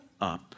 up